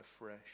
afresh